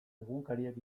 egunkariek